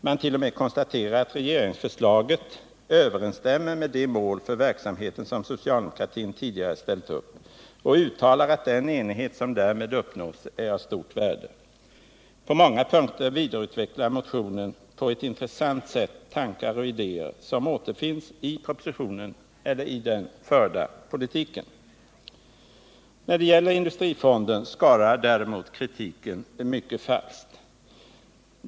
Man konstaterar t.o.m. att regeringsförslaget ”överensstämmer med de mål för verksamheten som socialdemokratin tidigare ställt upp” och uttalar att den enighet som därmed uppnås är av stort värde. På många punkter vidareutvecklar motionen på ett intressant sätt tankar och idéer som återfinns i propositionen eller i den förda politiken. När det gäller den föreslagna industrifonden skorrar däremot s-kritiken mycket falskt.